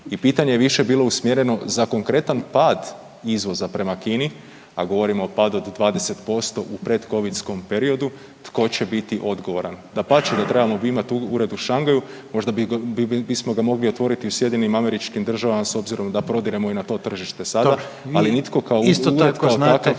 I pitanje je više bilo usmjereno za konkretan pad izvoza prema Kini, a govorimo o padu od 20% u pred covidskom periodu. Tko će biti odgovoran? Dapače ta trebamo imami ured. Mi smo ga mogli otvoriti i u SAD-u s obzirom da prodiremo i na to tržište sada, ali nitko kao ured kao takav